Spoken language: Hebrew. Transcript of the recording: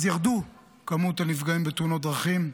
אז ירד מספר הנפגעים בתאונות הדרכים.